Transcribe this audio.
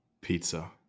Pizza